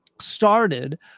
started